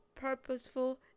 purposeful